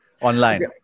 online